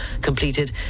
completed